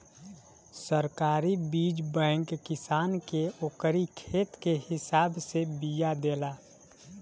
सरकारी बीज बैंक किसान के ओकरी खेत के हिसाब से बिया देला